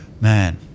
Man